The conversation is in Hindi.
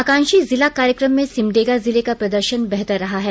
आकांक्षी जिला कार्यक्रम में सिमडेगा जिले का प्रदर्शन बेहतर रहा है